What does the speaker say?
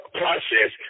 process